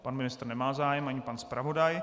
Pan ministr nemá zájem ani pan zpravodaj.